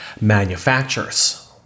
manufacturers